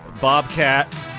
Bobcat